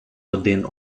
один